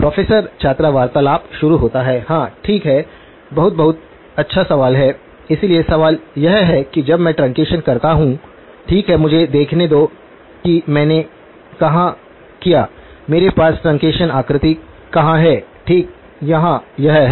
professor छात्र वार्तालाप शुरू होता है हाँ ठीक है बहुत बहुत अच्छा सवाल है इसलिए सवाल यह है कि जब मैं ट्रंकेशन करता हूं ठीक है मुझे देखने दो कि मैंने कहां किया मेरे पास ट्रंकेशन आकृति कहां है ठीक यहां यह है